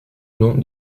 non